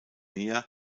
meer